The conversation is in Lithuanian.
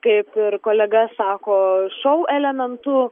kaip ir kolega sako šou elementu